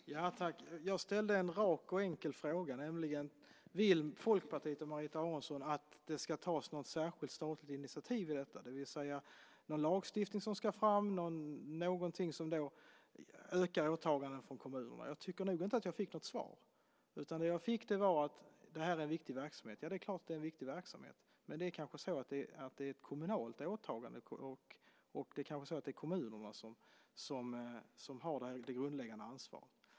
Fru talman! Jag ställde en rak och enkel fråga, nämligen om Folkpartiet och Marita Aronson vill att det ska tas något särskilt statligt initiativ i fråga om detta, det vill säga någon lagstiftning som ska tas fram och någonting som ökar åtagandet från kommunerna. Jag tycker inte att jag fick något svar på det. Det jag fick höra är att detta är en viktig verksamhet. Ja, det är klart att det är en viktig verksamhet. Men det är kanske ett kommunalt åtagande. Och det är kanske kommunerna som har det grundläggande ansvaret.